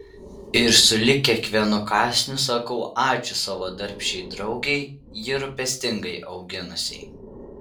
ir sulig kiekvienu kąsniu sakau ačiū savo darbščiai draugei jį rūpestingai auginusiai